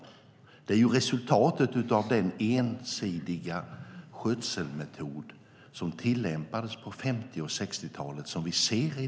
I dag ser vi resultatet av den ensidiga skötselmetod som tillämpades på 50 och 60-talet.